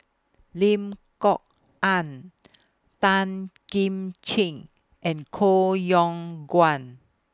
Lim Kok Ann Tan Kim Ching and Koh Yong Guan